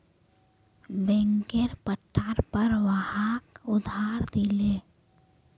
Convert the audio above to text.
बैंकेर पट्टार पर वहाक उधार दिले